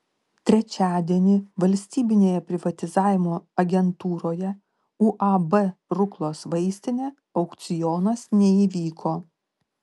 trečiadienį valstybinėje privatizavimo agentūroje uab ruklos vaistinė aukcionas neįvyko